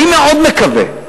אני מאוד מקווה,